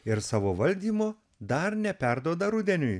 ir savo valdymo dar neperduoda rudeniui